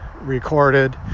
recorded